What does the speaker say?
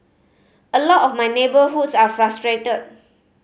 a lot of my neighbourhoods are frustrated